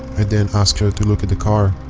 i then asked her to look at the car,